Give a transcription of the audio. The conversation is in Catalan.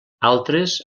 altres